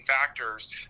factors